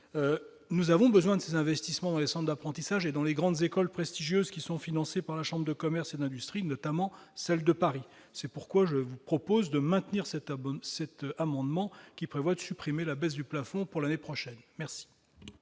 nous avons besoin de ces investissements dans les centres d'apprentissage et dans les grandes écoles prestigieuses qui sont financées par les chambres de commerce et d'industrie, notamment celle de Paris Île-de-France. C'est pourquoi, mes chers collègues, je vous propose de voter cet amendement, tendant à supprimer la baisse du plafond pour l'année prochaine. Les